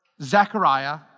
Zechariah